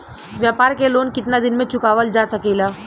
व्यापार के लोन कितना दिन मे चुकावल जा सकेला?